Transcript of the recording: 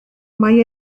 mae